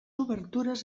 obertures